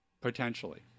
Potentially